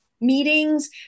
meetings